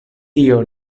tio